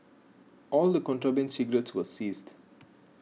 all the contraband cigarettes were seized